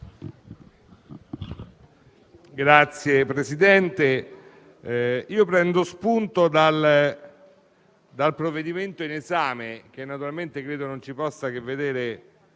Signor Presidente, prendo spunto dal provvedimento in esame, che naturalmente credo non possa che vederci